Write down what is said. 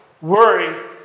Worry